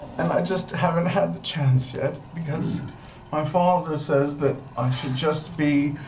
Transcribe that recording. and i just haven't had the chance yet because my father says that i should just be